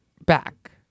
back